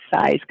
size